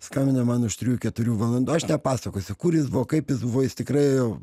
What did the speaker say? skambina man už trijų keturių valandų aš nepasakosiu kur jis buvo kaip jis buvo jis tikrai ėjo